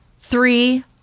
three